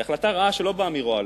היא החלטה רעה, שלא באה מרוע לב,